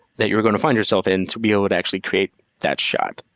that you're going to find yourself in to be able to actually create that shot.